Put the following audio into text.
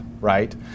right